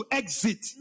exit